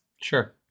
Sure